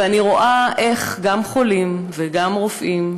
ואני רואה איך גם חולים וגם רופאים,